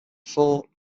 four